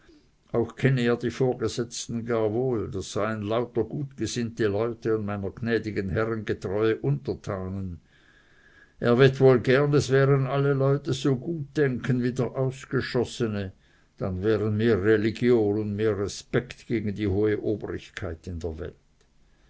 auch kenne er die vorgesetzten gar wohl das seien lauter gutgesinnte leute und meiner gnädigen herren getreue untertanen er wett wohl gern es wären alle leute so gut denkend wie der ausgeschossene dann wäre mehr religion und mehr respekt gegen die hohe obrigkeit in der welt